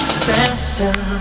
special